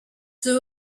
zoo